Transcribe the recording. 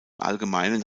allgemeinen